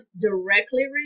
directly